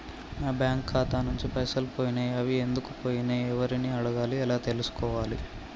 నా బ్యాంకు ఖాతా నుంచి పైసలు పోయినయ్ అవి ఎందుకు పోయినయ్ ఎవరిని అడగాలి ఎలా తెలుసుకోవాలి?